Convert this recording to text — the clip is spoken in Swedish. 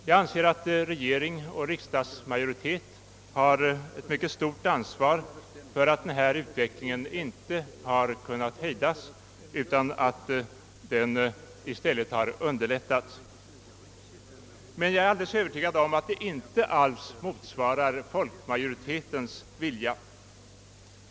Jag anser att regering och riksdagsmajoritet har ett mycket stort ansvar för att denna utveckling inte kunnat hejdas utan i stället underlättas. Jag är dock helt övertygad om att utvecklingen inte alls motsvarar folkmajoritetens vilja.